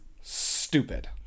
stupid